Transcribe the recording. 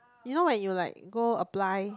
you know when you like go apply